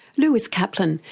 lewis kaplan,